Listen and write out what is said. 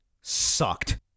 sucked